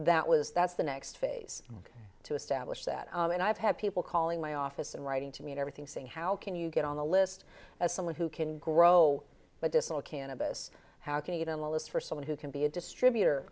that was that's the next phase to establish that and i've had people calling my office and writing to me and everything saying how can you get on the list as someone who can grow but this all cannabis how can it on the list for someone who can be a distributor